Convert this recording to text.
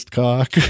cock